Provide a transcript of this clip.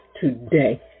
today